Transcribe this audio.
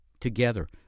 together